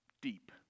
Deep